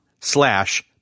slash